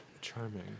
charming